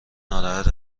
ناراحت